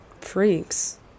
Freaks